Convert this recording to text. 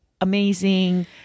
amazing